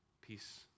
peace